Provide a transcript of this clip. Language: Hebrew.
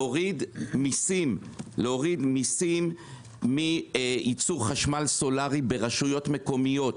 להוריד מיסים מייצור חשמל סולארי ברשויות מקומיות.